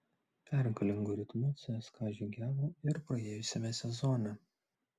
pergalingu ritmu cska žygiavo ir praėjusiame sezone